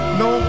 no